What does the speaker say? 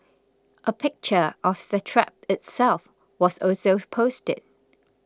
a picture of the trap itself was also posted